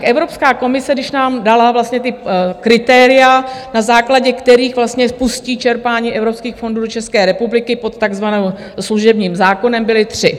Evropská komise, když nám dala vlastně ta kritéria, na základě kterých vlastně pustí čerpání evropských fondů do České republiky pod takzvaným služebním zákonem, byla tři.